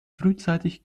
frühzeitig